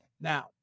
Now